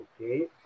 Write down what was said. okay